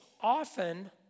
Often